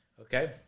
Okay